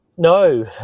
No